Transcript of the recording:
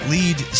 Lead